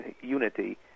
unity